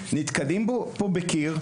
נתקלים פה בקיר,